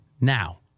Now